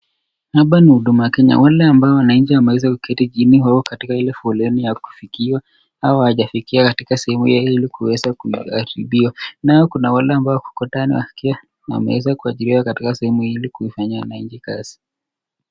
Hapa ni Huduma Kenya, wale wanainchi ambao wameeza kuketi chini wako katika ile foleni ya kufikiwa, hawa hawajafikia katika sehemu huo ili kuweza kuratibiwa, nao kuna wale wako nadani wakiwa wameweza kuajiliwa katika sehemu ili kuifanyia wanainji kasi.